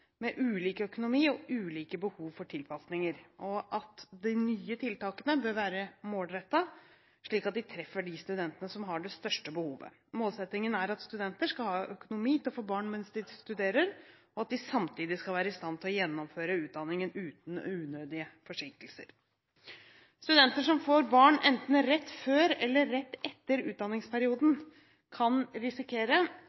med ulik økonomi og ulike behov for tilpasninger. De nye tiltakene bør være målrettet, slik at de treffer de studentene som har det største behovet. Målsettingen er at studenter skal ha økonomi til å få barn mens de studerer, og at de samtidig skal være i stand til å gjennomføre utdanningen uten unødige forsinkelser. Studenter som får barn enten rett før eller rett etter